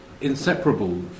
inseparable